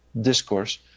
discourse